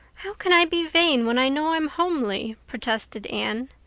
how can i be vain when i know i'm homely? protested anne.